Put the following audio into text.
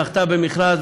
היא זכתה במכרז,